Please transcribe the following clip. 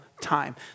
time